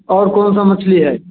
और कौन सा मछली है